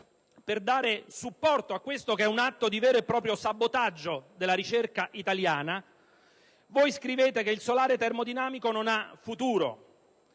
per dare supporto a questo che è un atto di vero e proprio sabotaggio della ricerca italiana, voi scrivete che il solare termodinamico non ha futuro.